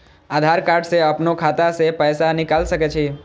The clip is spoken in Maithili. आधार कार्ड से अपनो खाता से पैसा निकाल सके छी?